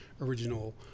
original